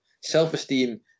self-esteem